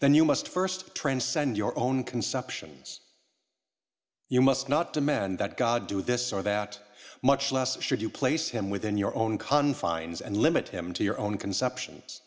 then you must first transcend your own conceptions you must not demand that god do this or that much less should you place him within your own confines and limit him to your own conception